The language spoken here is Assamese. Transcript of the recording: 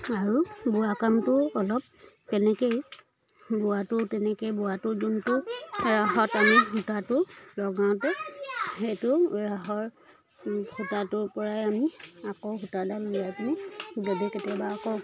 আৰু বোৱা কামটোও অলপ তেনেকৈয়ে বোৱাটো তেনেকৈয়ে বোৱাটো যোনটো ৰাহত আমি সূতাটো লগাওঁতে সেইটো ৰাহৰ সূতাটোৰ পৰাই আমি আকৌ সূতাডাল উলিয়াই পেলানি যদি কেতিয়াবা আকৌ